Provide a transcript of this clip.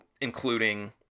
including